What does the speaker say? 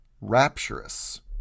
rapturous